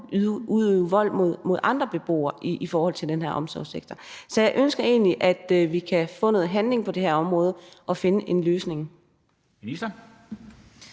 og udøve vold mod andre beboere i den her omsorgssektor? Så jeg ønsker egentlig, vi kan få noget handling på det her område og finde en løsning.